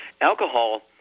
Alcohol